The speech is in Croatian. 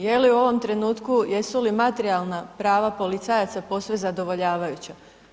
Je li u ovom trenutku, jesu li materijalna prava policajaca posve zadovoljavajuća?